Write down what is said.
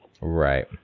right